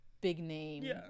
big-name